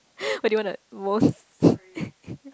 what do you want the most